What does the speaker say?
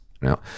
Now